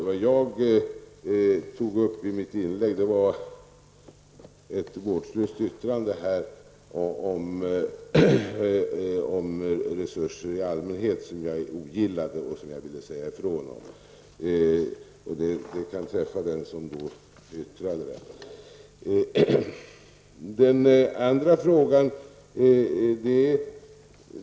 Vad jag tog upp i mitt inlägg är ett vårdslöst yttrande här om resurser i allmänhet som jag ogillade, varför jag ville säga ifrån. Det kan träffa den som gjorde yttrandet.